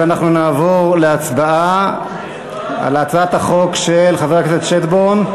אנחנו נעבור להצבעה על הצעת החוק של חבר הכנסת שטבון.